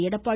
Edappadi